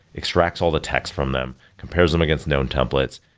extracts all the texts from them, compares them against known templates,